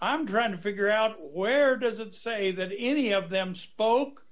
i'm trying to figure out where does it say that any of them spoke